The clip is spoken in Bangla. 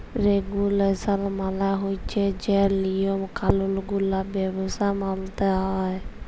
রেগুলেসল মালে হছে যে লিয়ম কালুল গুলা ব্যবসায় মালতে হ্যয়